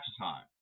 time